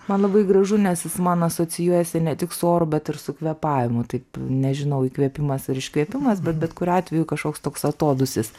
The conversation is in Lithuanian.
man labai gražu nes jis man asocijuojasi ne tik su oru bet ir su kvėpavimu taip nežinau įkvėpimas ar iškvėpimas bet bet kuriuo atveju kažkoks toks atodūsis